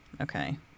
Okay